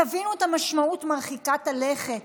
תבינו את המשמעות מרחיקת הלכת